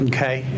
Okay